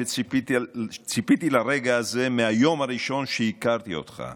שציפיתי לרגע הזה מהיום הראשון שהכרתי אותך,